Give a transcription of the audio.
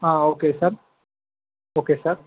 okay sir okay sir